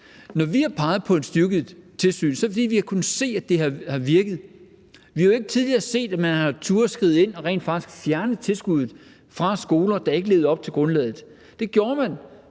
Når vi har peget på et styrket tilsyn, er det, fordi vi har kunnet se, at det har virket. Vi har jo ikke tidligere set, at man har turdet at skride ind og rent faktisk fjernet tilskuddet fra skoler, der ikke levede op til grundlaget. Det gjorde man